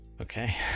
Okay